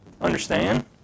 understand